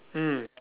mm